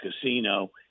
Casino